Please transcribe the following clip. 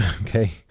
Okay